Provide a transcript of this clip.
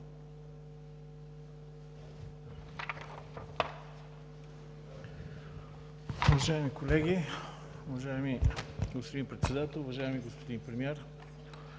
Уважаеми колеги, уважаеми господин Председател, уважаеми господин Премиер!